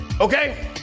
Okay